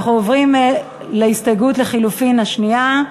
אנחנו עוברים להסתייגות לחלופין השנייה.